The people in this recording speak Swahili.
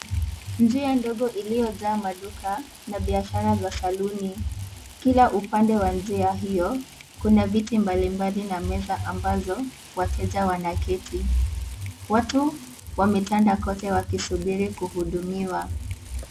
Njia ndogo iliyojaa maduka na bishara za saluni, kila upande wa njia hiyo kuna viti mbali mbali na meza ambazo wateja wanaketi, watu wametanda kote wakisubiri kuhudumiwa.